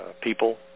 people